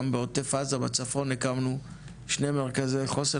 גם בעוטף עזה ובצפון הקמנו שני מרכזי חוסן,